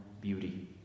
beauty